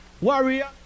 Warrior